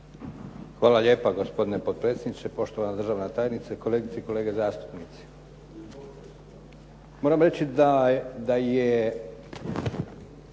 Hvala lijepa gospodine potpredsjedniče, poštovana državna tajnice, kolegice i kolege zastupnici. Moram reći da je